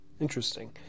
interesting